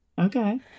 Okay